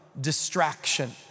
distraction